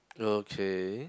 okay